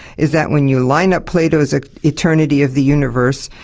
is that when you line up plato's ah eternity of the universe,